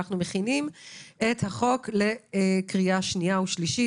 אנחנו מכינים את החוק לקריאה שנייה ושלישית.